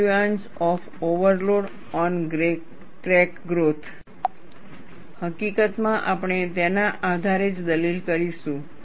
influence of overload on crack growth હકીકતમાં આપણે તેના આધારે જ દલીલ કરીશું